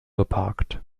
geparkt